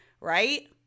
right